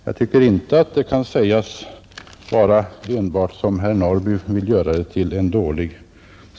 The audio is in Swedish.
Vi har ändå vissa förpliktelser mot vår egen justitieombudsman.